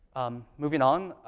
moving on,